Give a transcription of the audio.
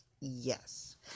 yes